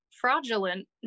fraudulent